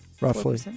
roughly